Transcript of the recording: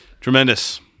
Tremendous